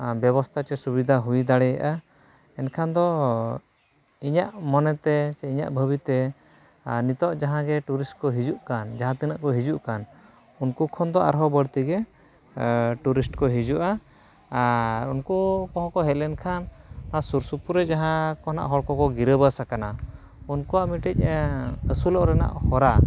ᱵᱮᱵᱚᱥᱛᱟ ᱪᱮ ᱥᱩᱵᱤᱫᱷᱟ ᱦᱩᱭ ᱫᱟᱲᱮᱭᱟᱜᱼᱟ ᱮᱱᱠᱷᱟᱱ ᱫᱚ ᱤᱧᱟᱹᱜ ᱢᱚᱱᱮᱛᱮ ᱥᱮ ᱤᱧᱟᱹᱜ ᱵᱷᱟᱹᱵᱤᱛᱮ ᱟᱨ ᱱᱤᱛᱚᱜ ᱡᱟᱦᱟᱸᱜᱮ ᱴᱩᱨᱤᱥᱴ ᱠᱚ ᱦᱤᱡᱩᱜ ᱠᱟᱱ ᱡᱟᱦᱟᱸ ᱛᱤᱱᱟᱹᱜ ᱠᱚ ᱦᱤᱡᱩᱜ ᱠᱟᱱ ᱩᱱᱠᱩ ᱠᱷᱚᱱ ᱫᱚ ᱟᱨᱦᱚᱸ ᱵᱟᱹᱲᱛᱤᱜᱮ ᱴᱩᱨᱤᱥᱴ ᱠᱚ ᱦᱤᱡᱩᱜᱼᱟ ᱟᱨ ᱩᱱᱠᱩ ᱠᱚᱦᱚᱸ ᱠᱚ ᱦᱮᱡ ᱞᱮᱱᱠᱷᱟᱱ ᱚᱱᱟ ᱥᱩᱨ ᱥᱩᱯᱩᱨ ᱨᱮ ᱡᱟᱦᱟᱸ ᱠᱚ ᱱᱟᱦᱟᱜ ᱦᱚᱲ ᱠᱚᱠᱚ ᱜᱤᱨᱟᱵᱟᱥ ᱟᱠᱟᱱᱟ ᱩᱱᱠᱩᱣᱟᱜ ᱢᱤᱫᱴᱤᱡ ᱟᱹᱥᱩᱞᱚᱜ ᱨᱮᱱᱟᱜ ᱦᱚᱨᱟ